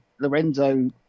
Lorenzo